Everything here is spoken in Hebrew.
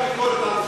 ותפסיק לדקלם.